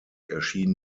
erschien